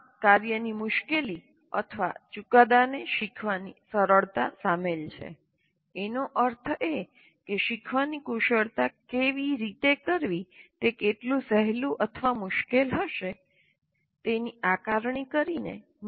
આમાં કાર્યનીમુશ્કેલી અથવા ચુકાદાને શીખવાની સરળતા શામેલ છે એનો અર્થ એ કે શીખવાની કુશળતા કેવી રીતે કરવી તે કેટલું સહેલું અથવા મુશ્કેલ હશે તેની આકારણી કરીને